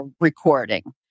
recording